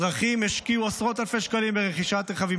אזרחים השקיעו עשרות אלפי שקלים ברכישת רכבים